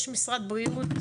יש משרד בריאות,